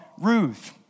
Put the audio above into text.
Ruth